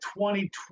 2020